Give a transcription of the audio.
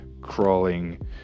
crawling